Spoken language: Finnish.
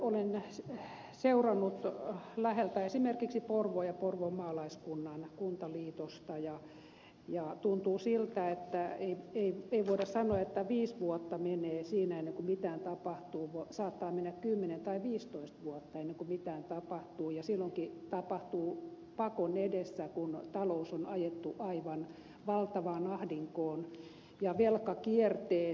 olen seurannut läheltä esimerkiksi porvoon ja porvoon maalaiskunnan kuntaliitosta ja tuntuu siltä ettei voida sanoa että viisi vuotta menee siinä ennen kuin mitään tapahtuu saattaa mennä kymmenen tai viisitoista vuotta ennen kuin mitään tapahtuu ja silloinkin tapahtuu pakon edessä kun talous on ajettu aivan valtavaan ahdinkoon ja velkakierteeseen